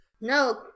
No